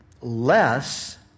less